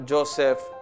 Joseph